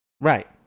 Right